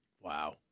Wow